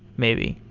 maybe.